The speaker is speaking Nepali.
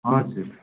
हजुर